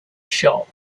shop